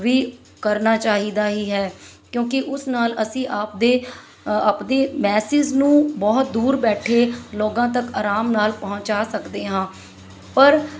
ਵੀ ਕਰਨਾ ਚਾਹੀਦਾ ਹੀ ਹੈ ਕਿਉਂਕਿ ਉਸ ਨਾਲ ਅਸੀਂ ਆਪਦੇ ਆਪਦੇ ਮੈਸੇਜ਼ ਨੂੰ ਬਹੁਤ ਦੂਰ ਬੈਠੇ ਲੋਕਾਂ ਤੱਕ ਆਰਾਮ ਨਾਲ ਪਹੁੰਚਾ ਸਕਦੇ ਹਾਂ ਪਰ